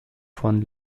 von